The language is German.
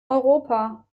europa